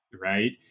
right